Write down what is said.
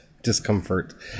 Discomfort